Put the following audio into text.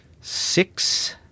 six